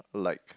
like